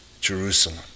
Jerusalem